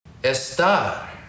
estar